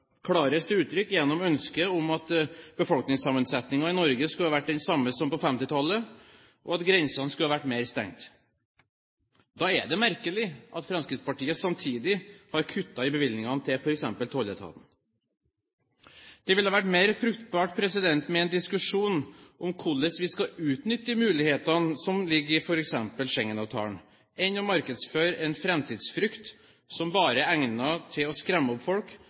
uttrykk gjennom ønsket om at befolkningssammensetningen i Norge skulle vært den samme som på 1950-tallet, og at grensene skulle vært mer stengt. Da er det merkelig at Fremskrittspartiet samtidig har kuttet i bevilgningene til f.eks. tolletaten. Det ville vært mer fruktbart med en diskusjon om hvorledes vi skal utnytte de mulighetene som ligger i f.eks. Schengen-avtalen, enn å markedsføre en framtidsfrykt som bare er egnet til å skremme opp folk